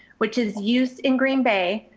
which is used in green bay,